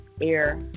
air